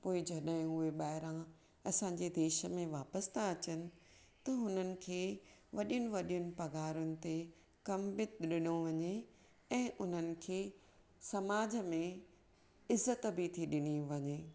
पोइ जडहिं बाहिरां असांजे देश मे वापिसि त अचनि त हुननि खे वडियूं वडियूं पगारनि ते कम मे वञिणो पड़े ऐ हुननि खे समाज मे इज़त बि थी डिनी वञे